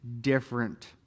different